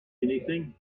anything